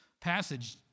passage